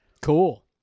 Cool